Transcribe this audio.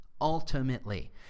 ultimately